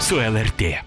su lrt